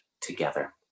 together